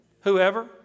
Whoever